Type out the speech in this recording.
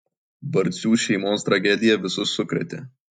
barcių šeimos tragedija visus sukrėtė